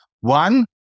One